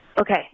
Okay